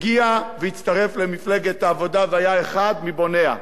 הגיע והצטרף למפלגת העבודה והיה אחד מבוניה.